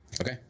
Okay